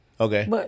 Okay